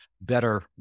better